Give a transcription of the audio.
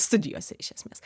studijose iš esmės